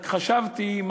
רק חשבתי,